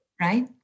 right